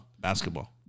basketball